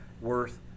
Worth